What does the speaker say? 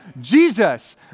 Jesus